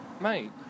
Mate